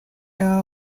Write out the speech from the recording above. air